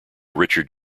richard